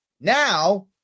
Now